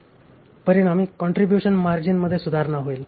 परिणामी काँट्रीब्युशन मार्जिनमध्ये सुधारणा होईल